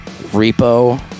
Repo